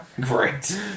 Great